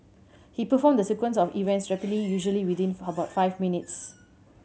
he performed the sequence of events rapidly usually within about five minutes